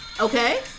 Okay